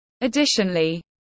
Additionally